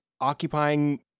occupying